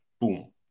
boom